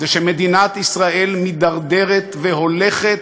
שמדינת ישראל מידרדרת והולכת.